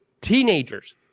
teenagers